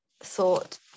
thought